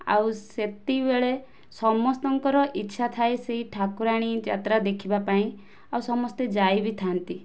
ଆଉ ସେତିକିବେଳେ ସମସ୍ତଙ୍କର ଇଛା ଥାଏ ସେହି ଠାକୁରାଣୀ ଯାତ୍ରା ଦେଖିବା ପାଇଁ ଆଉ ସମସ୍ତେ ଯାଇ ବି ଥାଆନ୍ତି